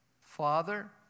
Father